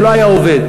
זה לא היה עובד.